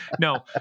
No